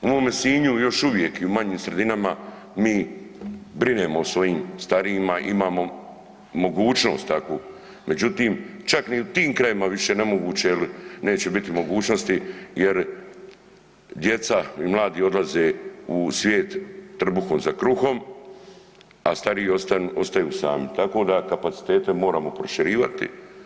U mome Sinju još uvijek i u manjim sredinama mi brinemo o svojim starijima, imamo mogućnost takvu, međutim čak ni u tim krajevima više je nemoguće jel neće biti mogućnosti jer djeca i mladi odlaze u svijet trbuhom za kruhom, a stariji ostaju sami, tako da kapacitete moramo proširivati.